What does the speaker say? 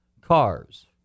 cars